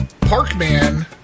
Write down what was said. Parkman